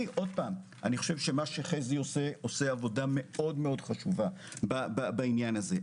אני חושב שחזי שוורצמן עושה עבודה חשובה מאוד בעניין הזה.